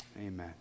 Amen